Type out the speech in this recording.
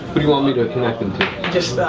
do you want me to connect them to?